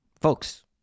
Folks